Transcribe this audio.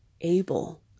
able